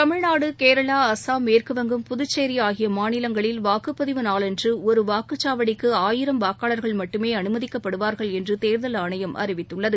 தமிழ்நாடு கேரளா அஸ்ஸாம் மேற்குவங்கம் புதுச்சேரி ஆகிய மாநிலங்களில் வாக்குப்பதிவு நாளான்று ஒரு வாக்குச்சாவடிக்கு ஆயிரம் வாக்காளர்கள் மட்டுமே அனுமதிக்கப்படுவார்கள் என்று தேர்தல் ஆணையம் அறிவித்துள்ளது